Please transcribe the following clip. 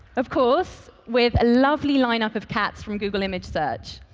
of course, with a lovely lineup of cats from google image search.